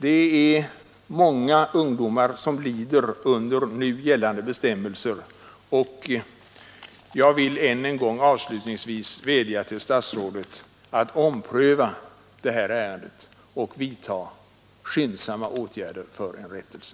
Det är många ungdomar som drabbas av nu gällande bestämmelser. Jag vill därför avslutningsvis än en gång vädja till statsrådet att ompröva detta ärende och vidta skyndsamma åtgärder för en rättelse.